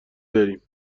داریم